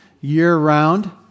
year-round